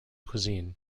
cuisine